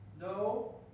no